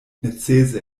necese